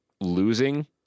losing